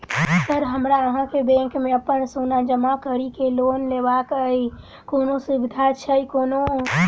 Sir हमरा अहाँक bank मे अप्पन सोना जमा करि केँ लोन लेबाक अई कोनो सुविधा छैय कोनो?